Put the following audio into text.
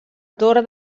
torn